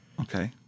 Okay